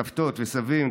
סבתות וסבים,